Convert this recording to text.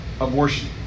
abortion